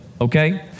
okay